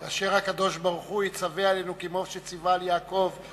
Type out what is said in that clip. כאשר הקדוש-ברוך-הוא יצווה עלינו כמו שציווה על יעקב,